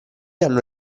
hanno